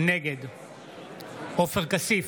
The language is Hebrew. נגד עופר כסיף,